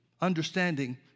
understanding